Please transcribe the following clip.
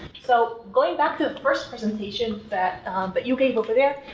so, going back to the first presentation that but you gave over there,